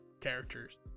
characters